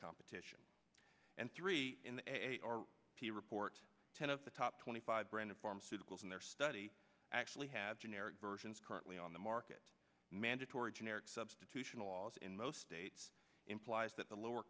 competition and three in the eight or p report ten of the twenty five branded pharmaceuticals in their study actually had generic versions currently on the market mandatory generic substitution laws in most states implies that the lower